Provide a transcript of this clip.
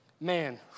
man